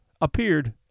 appeared